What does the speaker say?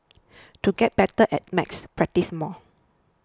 to get better at maths practise more